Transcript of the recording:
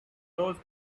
those